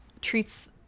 treats